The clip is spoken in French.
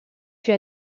fut